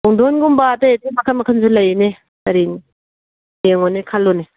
ꯄꯨꯡꯗꯣꯟꯒꯨꯝꯕ ꯑꯇꯩ ꯑꯇꯩ ꯃꯈꯟ ꯃꯈꯟꯁꯨ ꯂꯩꯅꯦ ꯀꯔꯤ ꯌꯦꯡꯉꯣꯅꯦ ꯈꯜꯂꯣꯅꯦ